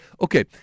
Okay